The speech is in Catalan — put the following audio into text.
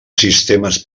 sistemes